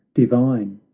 divine!